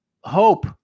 hope